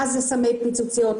מה זה סמי פיצוציות,